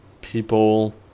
people